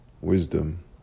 wisdom